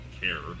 care